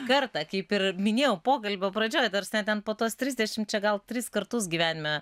kartą kaip ir minėjau pokalbio pradžioj dar ten po tuos trisdešim čia gal tris kartus gyvenime